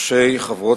ראשי התנועה הקיבוצית,